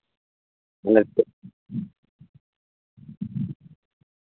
ᱱᱤᱛᱚᱜ